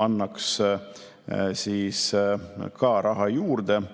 annaks ka raha juurde.